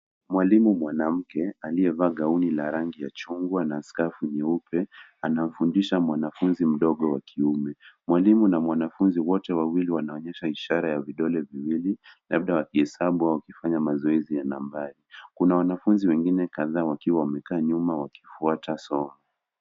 Mwalimu mwanamke aliye vaa gauni la rangi ya chungwa na skafu nyeupe anafundisha mwanafunzi mdogo wa kiume. Mwalimu na wanafunzi wote wanaonyesha ishara ya vidole viwili labda wakihesabu au wakifanya mazoezi ya nambari ,wanafunzi wengine wakiwa wamekaa nyuma wakifuata somo.